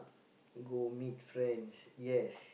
go meet friends yes